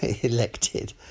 elected